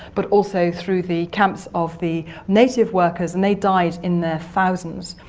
but also through the camps of the native workers and they died in their thousands.